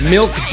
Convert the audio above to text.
Milk